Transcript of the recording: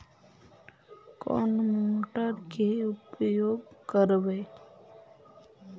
कौन मोटर के उपयोग करवे?